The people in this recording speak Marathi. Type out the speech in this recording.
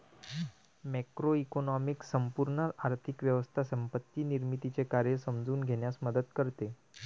मॅक्रोइकॉनॉमिक्स संपूर्ण आर्थिक व्यवस्था संपत्ती निर्मितीचे कार्य समजून घेण्यास मदत करते